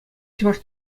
чӑваш